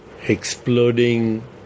exploding